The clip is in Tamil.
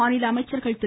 மாநில அமைச்சர்கள் திரு